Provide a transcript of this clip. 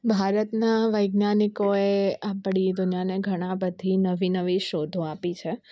ભારતના વૈજ્ઞાનિકોએ આપળી દુનિયાને ઘણા બધી નવી નવી શોધો આપી છે